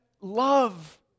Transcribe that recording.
love